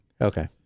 Okay